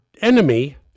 enemy